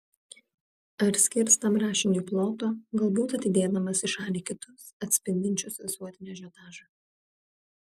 ar skirs tam rašiniui ploto galbūt atidėdamas į šalį kitus atspindinčius visuotinį ažiotažą